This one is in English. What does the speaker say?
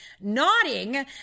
nodding